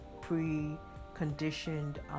pre-conditioned